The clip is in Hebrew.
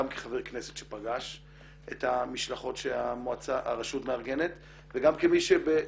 גם כחבר כנסת שפגש את המשלחות שהרשות מארגנת וגם במי שב-99'